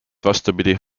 vastupidi